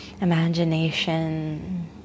imagination